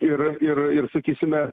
ir ir ir sakysime